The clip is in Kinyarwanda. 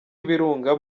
ibirunga